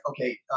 okay